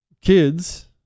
Kids